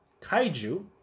Kaiju